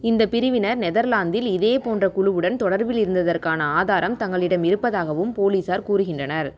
இந்த பிரிவினர் நெதர்லாந்தில் இது போன்ற குழுவுடன் தொடர்பில் இருந்ததற்கான ஆதாரம் தங்களிடம் இருப்பதாகவும் போலீசார் கூறுகின்றனர்